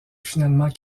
finalement